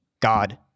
god